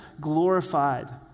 glorified